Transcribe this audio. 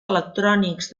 electrònics